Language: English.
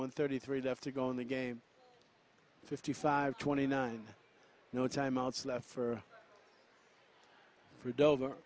one thirty three left to go in the game fifty five twenty nine no timeouts left for for